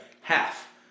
half